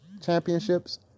championships